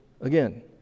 Again